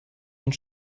und